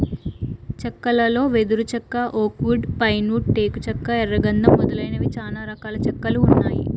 చెక్కలలో వెదురు చెక్క, ఓక్ వుడ్, పైన్ వుడ్, టేకు చెక్క, ఎర్ర గందం మొదలైనవి చానా రకాల చెక్కలు ఉన్నాయి